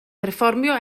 perfformio